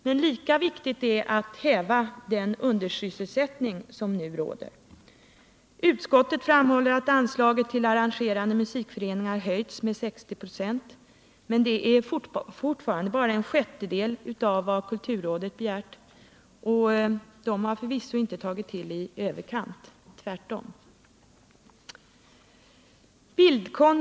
Men lika viktigt är att häva den undersysselsättning som nu råder. Utskottet framhåller att anslagsposten Arrangerande musikföreningar höjts med 60 96, men det är fortfarande bara en sjättedel av vad kulturrådet har begärt, och rådet har förvisso inte tagit till i överkant — tvärtom.